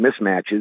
mismatches